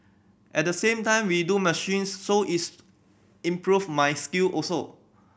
at the same time we do machines so is improve my skill also